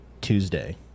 Tuesday